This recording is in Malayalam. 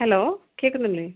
ഹലോ കേൾക്കുന്നില്ലേ